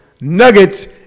Nuggets